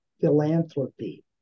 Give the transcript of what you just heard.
philanthropy